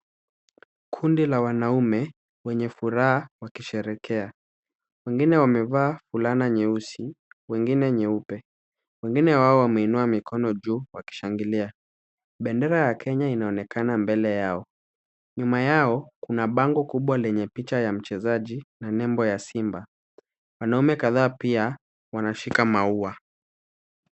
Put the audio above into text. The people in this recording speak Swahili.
Kundi la wanaume wenye furaha wakisherekea. Wengine wamevaa fulana nyeusi, wengine nyeupe. Wengine wao wameinua mikono juu wakishangilia. Bendera ya Kenya inaonekana mbele yao. Nyuma yao kuna bango kubwa lenye picha ya mchezaji na nembo ya simba. Wanaume kadhaa pia wanashika maua.